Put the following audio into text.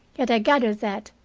yet i gathered that,